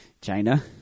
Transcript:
China